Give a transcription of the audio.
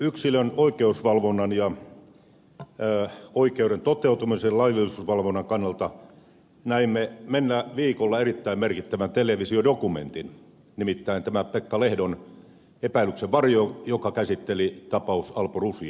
yksilön oikeusvalvonnan ja oikeuden toteutumisen ja laillisuusvalvonnan kannalta näimme mennä viikolla erittäin merkittävän televisiodokumentin nimittäin tämän pekka lehdon epäilyksen varjossa joka käsitteli tapaus alpo rusia